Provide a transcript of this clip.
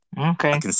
Okay